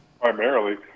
primarily